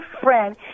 friend